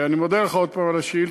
אני מודה לך עוד הפעם על השאילתה.